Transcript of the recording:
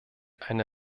eine